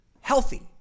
healthy